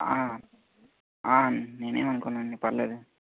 నేనేం అనుకోనండి పర్లేదు